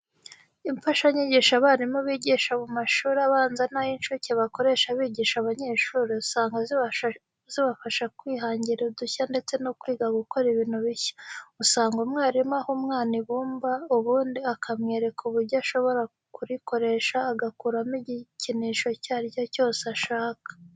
Imfashanyigisho abarimu bigisha mu mashuri abanza n'ay'incuke bakoresha bigisha abanyeshuri, usanga zibafasha kwihangira udushya ndetse no kwiga gukora ibintu bishya. Usanga umwarimu aha umwana ibumba ubundi akamwereka uburyo ashobora kurikoresha agakuramo igikinisho icyo ari cyo cyose ashaka.